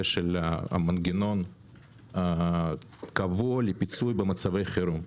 של מנגנון קבוע לפיצוי במצבי חירום.